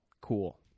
cool